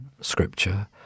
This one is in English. scripture